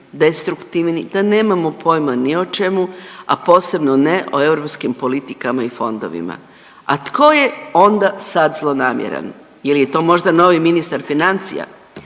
destruktivni, da nemamo pojma ni o čemu, a posebno ne o europskim politikama i fondovima. A tko je onda sad zlonamjeran? Je li to možda novi ministar financija?